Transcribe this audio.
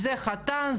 זה חתן,